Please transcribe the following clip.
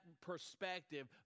perspective